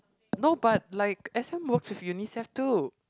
no but like S_M works with Unicef too